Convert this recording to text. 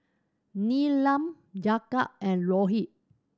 Neelam Jagat and Rohit